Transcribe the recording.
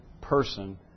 person